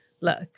look